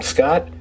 Scott